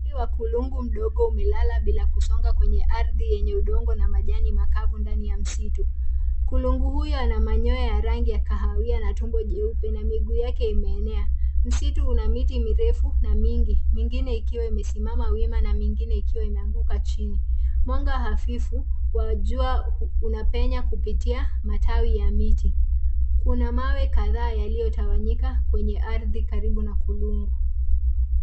Mwili wa kulungu mdogo umelala bila kusonga kwenye ardhi yenye udongo na majani makavu ndani ya msitu. Kulungu huyo ana manyoya ya rangi ya kahawia na tumbo jeupe na miguu yake imeenea. Msitu una miti mirefu na mingi, mingine ikiwa imesimama wima na mingine ikiwa imeanguka chini. Mwanga hafifu wa jua unapenya kupitia matawi ya miti. Kuna mawe kadhaa yaliyotawanyika kwenye ardhi karibu na kulungu.